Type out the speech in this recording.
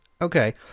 Okay